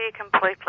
completely